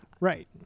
right